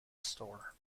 store